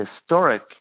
historic